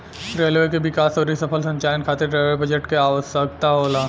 railway के विकास अउरी सफल संचालन खातिर रेलवे बजट के आवसकता होला